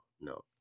no